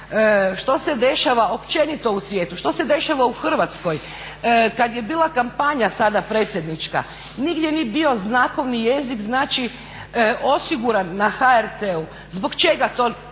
što se dešava općenito u svijetu, što se dešava u Hrvatskoj? Kad je bila kampanja sada predsjednička nigdje nije bio znakovni jezik, znači osiguran na HRT-u. Zbog čega to